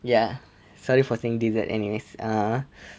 ya sorry for saying dessert anyways uh